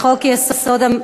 לחוק-יסוד: